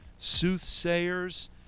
soothsayers